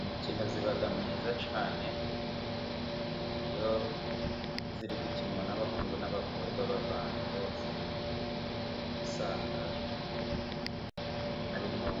Imikino iba myiza cyane iyo iri gukinwa n'abahungu n'abakobwa bavanze bose, usanga harimo